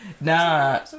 Nah